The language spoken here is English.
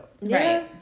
right